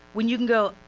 when you can go,